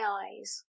eyes